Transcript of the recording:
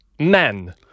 men